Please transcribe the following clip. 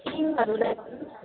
तिनीहरूलाई